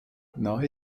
nahe